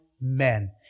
men